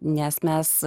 nes mes